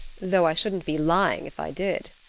though i shouldn't be lying if i did.